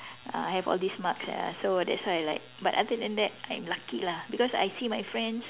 uh I have all these marks ya so that's why I like but other than that I'm lucky lah because I see my friends